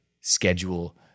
schedule